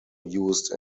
used